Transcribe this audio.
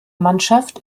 mannschaft